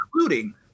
including